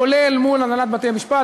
כולל מול הנהלת בתי-המשפט,